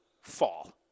fall